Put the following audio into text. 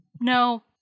no